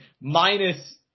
minus